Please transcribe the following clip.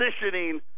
positioning